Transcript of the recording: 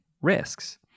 risks